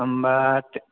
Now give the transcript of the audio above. होमबा दो